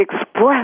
express